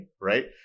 right